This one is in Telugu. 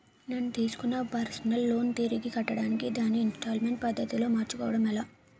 నేను తిస్కున్న పర్సనల్ లోన్ తిరిగి కట్టడానికి దానిని ఇంస్తాల్మేంట్ పద్ధతి లో మార్చుకోవడం ఎలా?